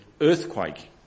earthquake